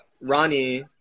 Ronnie